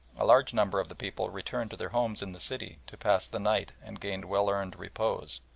a large number of the people returned to their homes in the city to pass the night and gain well-earned repose,